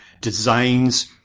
designs